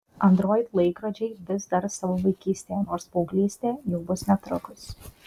android laikrodžiai vis dar savo vaikystėje nors paauglystė jau bus netrukus